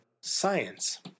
science